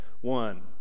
one